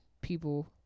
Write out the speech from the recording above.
people